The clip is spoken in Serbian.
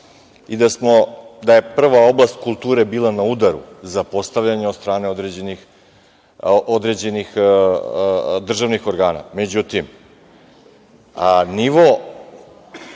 i da je prva oblast kulture bila na udaru zapostavljanja od strane određenih državnih organa.Međutim, nivo